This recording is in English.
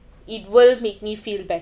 it will make me feel